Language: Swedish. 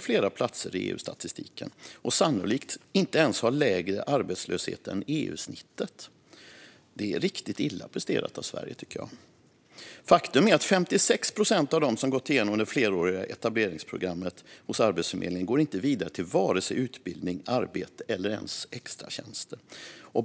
flera platser ytterligare i EU-statistiken och sannolikt inte ens ha lägre arbetslöshet än EU-snittet. Det är riktigt illa presterat av Sverige, tycker jag. Faktum är att 56 procent av dem som gått igenom det fleråriga etableringsprogrammet hos Arbetsförmedlingen inte går vidare till vare sig utbildning, arbete eller ens extratjänster.